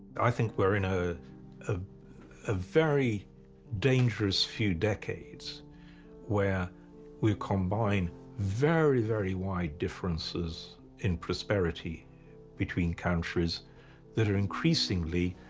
i think we're in a ah ah very dangerous few decades where we combine very very wide differences in prosperity between countries that are increasingly